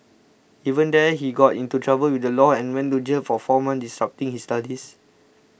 even there he got into trouble with the law and went to jail for four months disrupting his studies